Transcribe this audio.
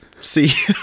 See